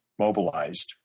mobilized